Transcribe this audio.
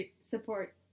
support